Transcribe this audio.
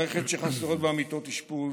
מערכת שחסרות בה מיטות אשפוז,